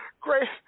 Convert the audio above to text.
great